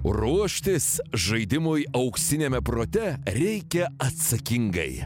ruoštis žaidimui auksiniame prote reikia atsakingai